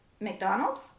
McDonald's